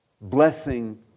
blessing